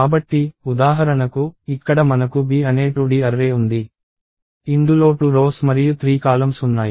కాబట్టి ఉదాహరణకు ఇక్కడ మనకు B అనే 2D అర్రే ఉంది ఇందులో 2 రోస్ మరియు 3 కాలమ్స్ ఉన్నాయి